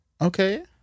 Okay